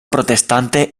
protestante